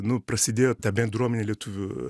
nu prasidėjo ta bendruomenė lietuvių